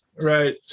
Right